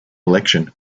election